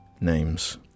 names